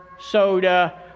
soda